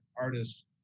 artists